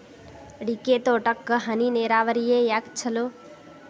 ಅಡಿಕೆ ತೋಟಕ್ಕ ಹನಿ ನೇರಾವರಿಯೇ ಯಾಕ ಛಲೋ?